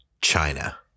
China